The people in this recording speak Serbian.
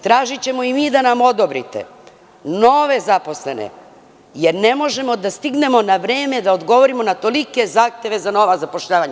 Tražićemo i mi da nam odobrite nove zaposlene, jer ne možemo da stignemo na vreme da odgovorimo na tolike zahteve za nova zapošljavanja.